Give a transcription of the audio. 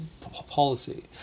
policy